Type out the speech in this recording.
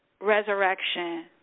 resurrection